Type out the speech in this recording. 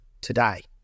today